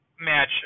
match